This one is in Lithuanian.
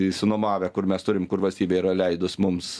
išsinuomavę kur mes turim kur valstybė yra leidus mums